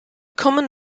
common